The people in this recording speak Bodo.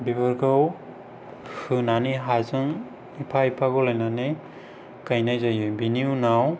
बेफोरखौ होनानै हाजों एफा एफा गलायनानै गायनाय जायो बेनि उनाव